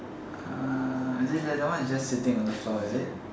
is it that that one is just sitting on the floor is it